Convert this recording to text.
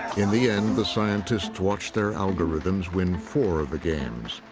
in the end, the scientists watched their algorithms win four of the games.